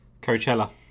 Coachella